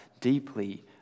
deeply